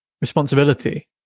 responsibility